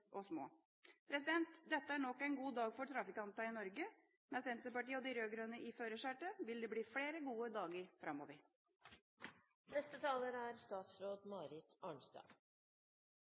og små. Dette er nok en god dag for trafikantene i Norge. Med Senterpartiet og de rød-grønne i førersetet vil det bli flere gode dager framover. Jeg er